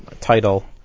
title